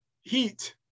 heat